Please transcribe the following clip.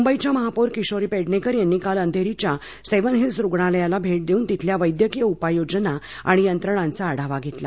मुंबईच्या महापौर किशोरी पेडणेकर यांनी काल अंधेरीच्या सेव्हन हिल्स रुग्णालयाला भेट देऊन तिथल्या वैद्यकीय उपाययोजना आणि यंत्रणांचा आढावा घेतला